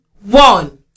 one